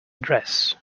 address